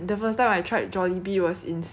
jurong 的时候 then 你带我们去吃